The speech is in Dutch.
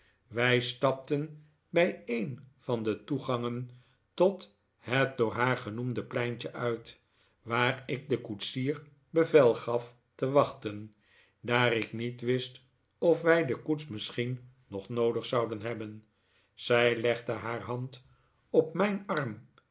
wij stapten bij een van de toegangen tot het door haar genoemde pleintje uit waar ik den koetsier bevel gaf te wachten daar ik niet wist of wij de koets misschien nog noodig zouden hebben zij legde haar hand op mijn arm